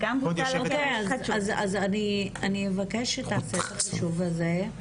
אז אני יבקש שתעשה את החישוב הזה.